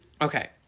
Okay